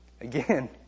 Again